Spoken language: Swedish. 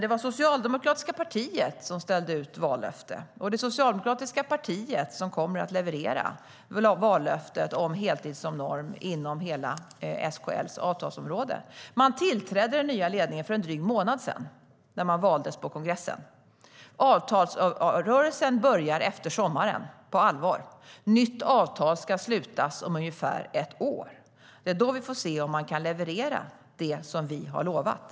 Det var det socialdemokratiska partiet som ställde ut vallöfte, och det socialdemokratiska partiet kommer att leverera vallöftet om heltid som norm inom hela SKL:s avtalsområde. Den nya ledningen där tillträdde för en dryg månad sedan, när den valdes på kongressen. Avtalsrörelsen börjar efter sommaren - på allvar. Nytt avtal ska slutas om ungefär ett år. Det är då vi får se om man kan leverera det som vi har lovat.